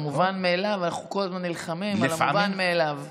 אנחנו כל הזמן נלחמים על המובן מאליו.